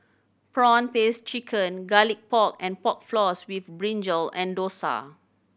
prawn paste chicken Garlic Pork and Pork Floss with brinjal and dosa